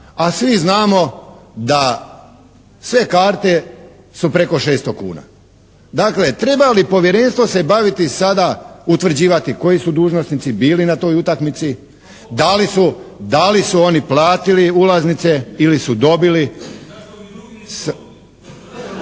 a svi znamo da sve karte su preko 600 kuna. Dakle, treba li povjerenstvo se baviti sada, utvrđivati koji su dužnosnici bili na toj utakmici, da li su oni platili ulaznice ili su dobili